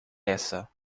essa